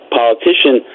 politician